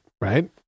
right